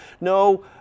No